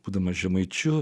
būdamas žemaičiu